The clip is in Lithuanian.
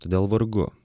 todėl vargu